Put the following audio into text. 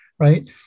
right